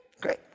Great